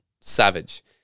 savage